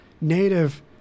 native